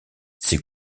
ses